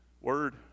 Word